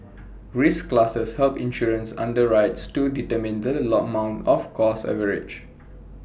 risk classes help insurance underwriters to determine the lot amount of cost coverage